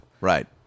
Right